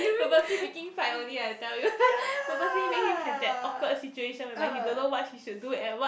purposely picking fight only I tell you purposely make him have that awkward situation whereby he don't know what he should do and what